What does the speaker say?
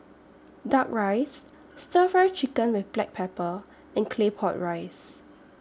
Duck Rice Stir Fry Chicken with Black Pepper and Claypot Rice